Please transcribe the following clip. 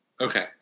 Okay